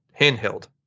handheld